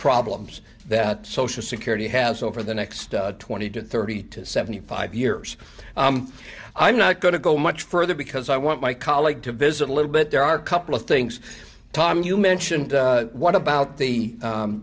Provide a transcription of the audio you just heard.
problems that social security has over the next twenty to thirty to seventy five years i'm not going to go much further because i want my colleague to visit a little bit there are couple of things tom you mentioned one about the